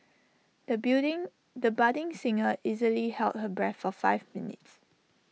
the building the budding singer easily held her breath for five minutes